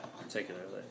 particularly